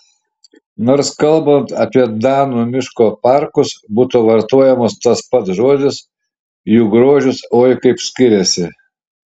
nors kalbant apie danų miško parkus būtų vartojamas tas pats žodis jų grožis oi kaip skiriasi